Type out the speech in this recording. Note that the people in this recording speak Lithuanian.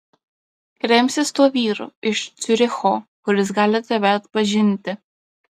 remsis tuo vyru iš ciuricho kuris gali tave atpažinti